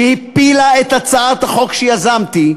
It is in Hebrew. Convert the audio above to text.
שהפילה את הצעת החוק שיזמתי,